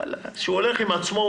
כשאדם הולך עם עצמו,